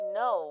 no